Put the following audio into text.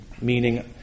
Meaning